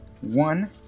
one